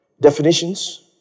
definitions